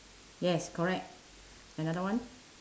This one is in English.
yes correct another one